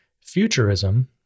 Futurism